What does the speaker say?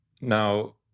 now